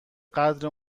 قدر